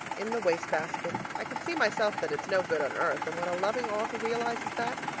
in the waste-basket. i can see myself that it's no good on earth, and when a loving author realizes that,